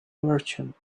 merchant